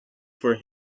for